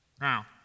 Now